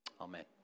Amen